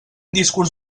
discurs